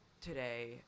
today